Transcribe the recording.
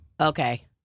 Okay